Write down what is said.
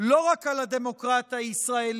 לא רק על הדמוקרטיה הישראלית,